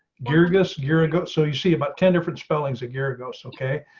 jirgas year ago. so you see about ten different spellings, a year ago. so, okay.